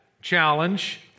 challenge